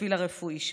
לפרופיל הרפואי שלה.